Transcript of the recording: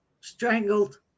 Strangled